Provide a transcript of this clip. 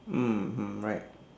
mmhmm right